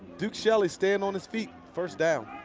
duke shelly staying on his feet, first down.